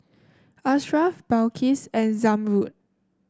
Ashraf Balqis and Zamrud